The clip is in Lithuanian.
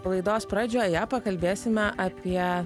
laidos pradžioje pakalbėsime apie